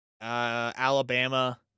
Alabama